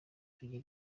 tugira